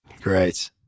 Great